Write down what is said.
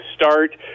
start